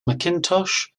mcintosh